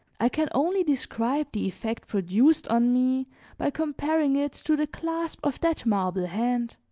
i can only describe the effect produced on me by comparing it to the clasp of that marble hand.